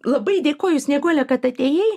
labai dėkoju snieguole kad atėjai